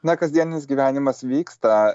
na kasdieninis gyvenimas vyksta